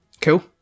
Cool